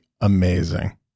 amazing